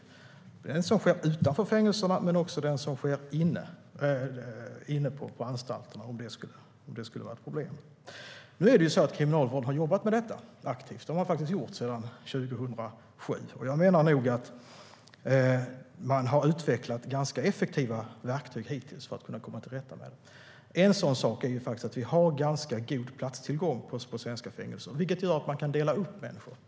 Det gäller den som sker utanför fängelserna men också den som sker inne på anstalterna, om det skulle vara ett problem. Kriminalvården har jobbat med detta aktivt. Det har man faktiskt gjort sedan 2007. Jag menar nog att man har utvecklat ganska effektiva verktyg hittills för att kunna komma till rätta med detta. För det första har vi en ganska god platstillgång på svenska fängelser, vilket gör att man kan dela upp människor.